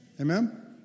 Amen